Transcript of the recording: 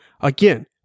Again